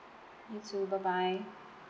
you too bye bye